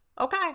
Okay